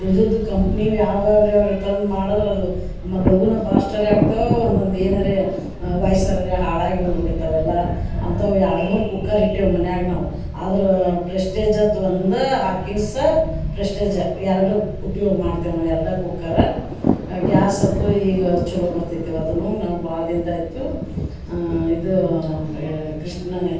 ಉಳ್ದುದ್ದು ಕಂಪ್ನಿವ ಯಾವ ಯಾವ್ಯಾವ್ರರ ತಂದು ಮಾಡದ್ರ ಅದು ಮ ಲಘುನ ಬಾಸ್ಟರೆ ಆಗ್ತವೆ ಒನ್ನೊಂದು ಏನರೇ ವಯ್ಸರರೆ ಹಾಳಾಗಿ ಹೋಗ್ಬಿಡ್ತವೆ ಎಲ್ಲಾ ಅಂಥವ ಎರಡು ಮೂರು ಕುಕ್ಕರ್ ಇಟ್ಟೇವೆ ಮನ್ಯಾಗ ನಾವು ಆದರು ಪ್ರೆಸ್ಟೀಜತ್ ಒಂದು ಹಾಕಿನ ಸ ಪ್ರೆಸ್ಟೇಜ ಎರಡು ಉ ಮಾಡ್ತೇವೆ ನಾವು ಎರಡು ಕುಕ್ಕರ ಗ್ಯಾಸ್ ಅಂತೂ ಈಗ ಛಲೋ ಬರ್ತೈತಿ ವದುನೂ ನಾವ್ ಬಾಳ್ದಿಂದ ಆಯಿತು ಇದು ಕೃಷ್ಣ